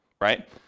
right